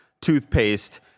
toothpaste